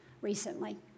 recently